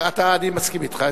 אני מסכים אתך.